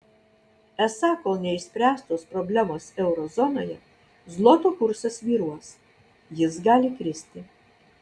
esą kol neišspręstos problemos euro zonoje zloto kursas svyruos jis gali kristi